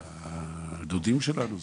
זה הדודים שלנו,